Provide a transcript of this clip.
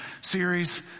Series